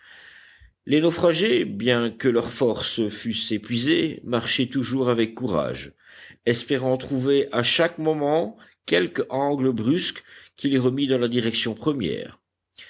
les naufragés bien que leurs forces fussent épuisées marchaient toujours avec courage espérant trouver à chaque moment quelque angle brusque qui les remît dans la direction première